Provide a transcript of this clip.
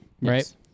right